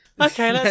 Okay